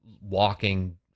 walking